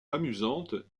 amusante